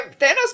Thanos